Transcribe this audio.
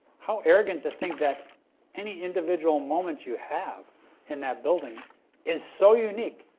how arrogant to think that any individual moment you have in that building is so unique